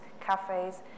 cafes